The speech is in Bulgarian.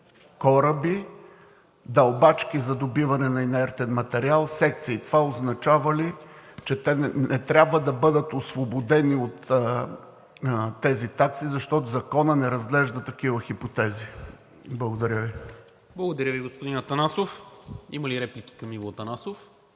кораби, дълбачки за добиване на инертен материал, секции. Това означава ли, че не трябва да бъдат освободени от тези такси, защото Законът не разглежда такива хипотези? Благодаря Ви. ПРЕДСЕДАТЕЛ НИКОЛА МИНЧЕВ: Благодаря Ви, господин Атанасов. Има ли реплики към Иво Атанасов?